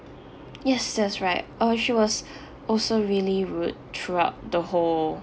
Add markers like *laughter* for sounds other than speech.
yes that's right uh she was *breath* also really rude throughout the whole